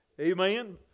Amen